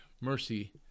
mercy